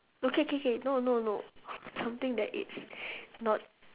okay K K no no no something that it's not